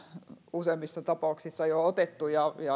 useimmissa tapauksissa jo otettu ja